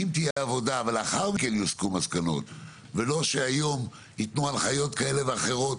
אם תהיה עבודה ולאחר מכן יוסקו מסקנות ולא יתנו היום הנחיות כאלה ואחרות